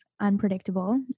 unpredictable